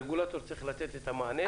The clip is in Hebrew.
הרגולטור צריך לתת את המענה.